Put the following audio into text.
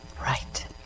Right